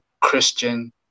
Christian